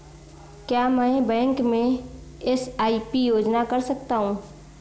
क्या मैं बैंक में एस.आई.पी योजना कर सकता हूँ?